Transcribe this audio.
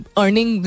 earning